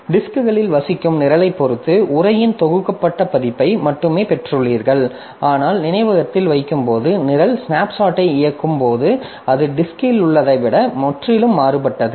டிஸ்க்களில் வசிக்கும் நிரலைப் பொறுத்து உரையின் தொகுக்கப்பட்ட பதிப்பை மட்டுமே பெற்றுள்ளீர்கள் ஆனால் நினைவகத்தில் வைக்கும்போது நிரல் ஸ்னாப்ஷாட்டை இயக்கும் போது அது டிஸ்க்கில் உள்ளதைவிட முற்றிலும் மாறுபட்டது